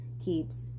keeps